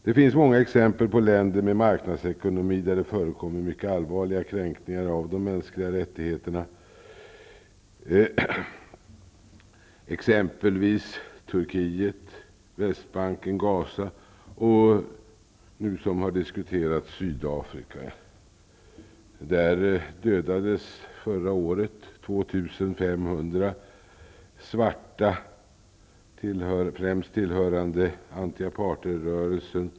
Det finns många exempel på länder med marknadsekonomi där det förekommer mycket allvarliga kränkningar av de mänskliga rättigheterna. Det gäller t.ex. Turkiet, Västbanken, Gaza och Sydafrika, som nu diskuterats. Där dödades förra året 2 500 svarta, främst tillhörande antiapartheidrörelsen.